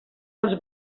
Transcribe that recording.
els